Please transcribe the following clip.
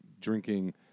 drinking